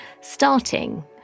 starting